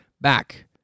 Back